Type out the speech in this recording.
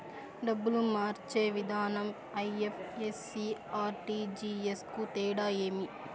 డబ్బులు మార్చే విధానం ఐ.ఎఫ్.ఎస్.సి, ఆర్.టి.జి.ఎస్ కు తేడా ఏమి?